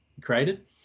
created